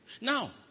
Now